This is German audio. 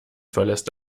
verlässt